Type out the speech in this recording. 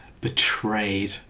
Betrayed